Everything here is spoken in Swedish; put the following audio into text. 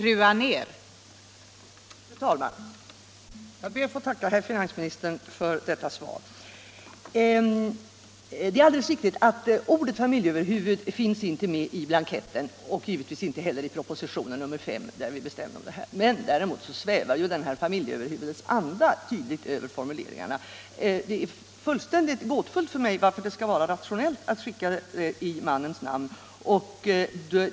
Fru talman! Jag ber att få tacka herr finansministern för detta svar. Det är alldeles riktigt att ordet familjeöverhuvud inte finns med på blanketterna och givetvis inte heller i proposition nr 5 år 1975 om folkoch bostadsräkningen, men däremot svävar andan av begreppet familjeöverhuvud tydligt över formuleringarna. Det är mycket gåtfullt för mig varför det skall vara rationellt att skicka blanketterna i mannens namn.